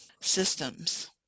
systems